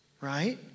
right